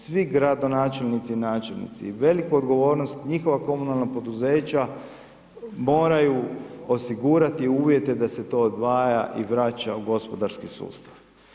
Svi gradonačelnici i načelnici, veliku odgovornost njihova komunalna poduzeća moraju osigurati uvjete da se to odvaja i vraća u gospodarski sustav.